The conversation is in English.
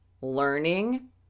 learning